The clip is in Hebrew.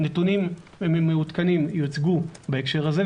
נתונים מעודכנים יוצגו בהקשר הזה.